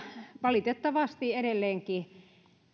valitettavasti edelleenkin